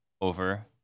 over